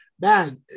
man